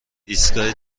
ایستگاه